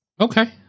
Okay